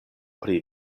pri